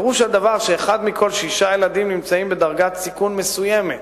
פירוש הדבר שאחד מכל שישה ילדים נמצא בדרגת סיכון מסוימת.